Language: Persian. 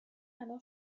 الان